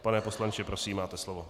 Pane poslanče, prosím, máte slovo.